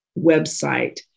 website